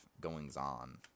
goings-on